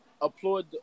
applaud